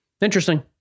interesting